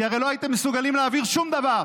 כי הרי לא הייתם מסוגלים להעביר שום דבר,